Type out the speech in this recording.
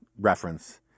reference